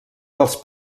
dels